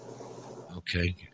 Okay